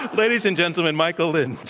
ladies and gentlemen, michael lind.